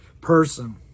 person